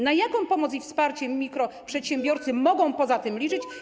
Na jaką pomoc i wparcie mikroprzedsiębiorcy mogą poza tym liczyć?